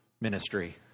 ministry